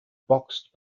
boxed